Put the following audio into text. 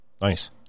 Nice